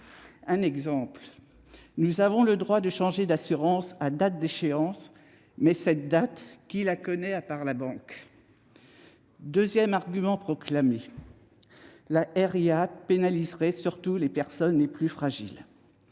Par exemple, nous avons le droit de changer d'assurance à date d'échéance, mais cette date, qui la connaît hormis la banque ? Deuxième argument avancé, la résiliation infra-annuelle (RIA) pénaliserait surtout les personnes les plus fragiles.